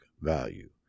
value